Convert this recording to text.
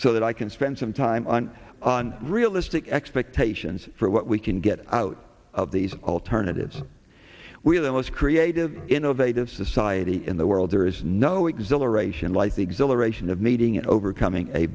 so that i can spend some time on realistic expectations for what we can get out of these alternatives we're the most creative innovative society in the world there is no exhilaration like the exhilaration of meeting and overcoming a